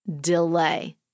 delay